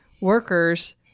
workers